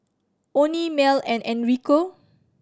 Onie Mell and Enrico